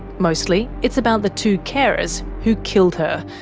mostly, it's about the two carers who killed her,